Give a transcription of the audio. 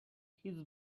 his